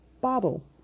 bottle